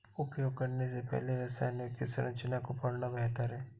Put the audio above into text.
उपयोग करने से पहले रसायनों की संरचना को पढ़ना बेहतर है